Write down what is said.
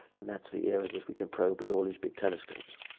and that's the era that we can probe with all these big telescopes.